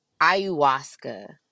ayahuasca